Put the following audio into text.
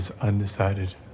undecided